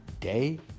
day